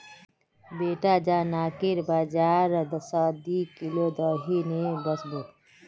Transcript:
बेटा जा नाकेर बाजार स दी किलो दही ने वसबो